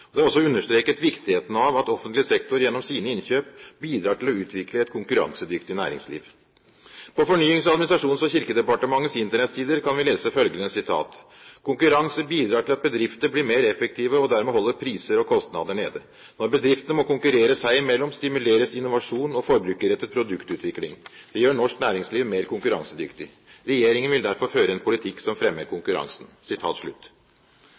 Det er også understreket viktigheten av at offentlig sektor gjennom sine innkjøp bidrar til å utvikle et konkurransedyktig næringsliv. På Fornyings-, administrasjons- og kirkedepartementets Internett-sider kan vi lese følgende: «Konkurranse bidrar til at bedriftene blir mer effektive og dermed holder priser og kostnader nede. Når bedriftene må konkurrere seg i mellom, stimuleres innovasjon og forbrukerrettet produktutvikling. Det gjør norsk næringsliv mer konkurransedyktig. Regjeringen vil derfor føre en politikk som fremmer